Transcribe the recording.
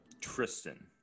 Tristan